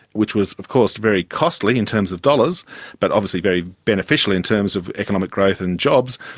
which was of course very costly in terms of dollars but obviously very beneficial in terms of economic growth and jobs,